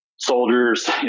Soldiers